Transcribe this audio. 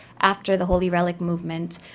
after the holy relic movement